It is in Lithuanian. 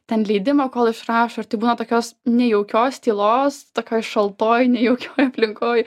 ten leidimo kol išrašo ir tai būna tokios nejaukios tylos tokioj šaltoj nejaukioj aplinkoj